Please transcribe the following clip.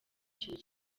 ikintu